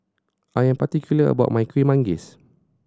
I am particular about my Kuih Manggis